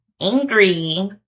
angry